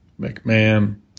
McMahon